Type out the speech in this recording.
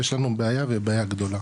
יש לנו בעיה והיא בעיה גדולה.